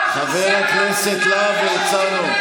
חבר הכנסת להב הרצנו.